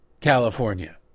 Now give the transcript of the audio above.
California